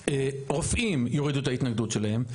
הרופאים יורידו את ההתנגדות שלהם.